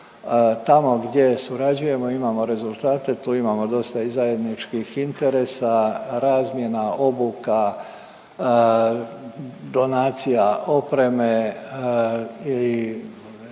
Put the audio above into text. Tamo gdje surađujemo imamo rezultate, tu imamo dosta i zajedničkih interesa, razmjena, obuka, donacija opreme i